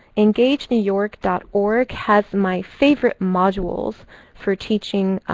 engagenewyork dot org has my favorite modules for teaching,